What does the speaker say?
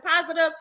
positive